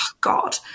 God